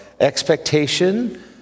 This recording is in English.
expectation